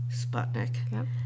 Sputnik